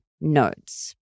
notes